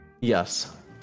Yes